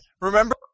Remember